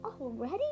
already